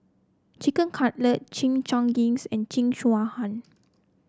Chicken Cutlet Chimichangas and Jingisukan